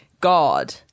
God